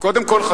קודם כול,